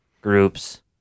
groups